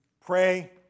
pray